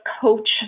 coach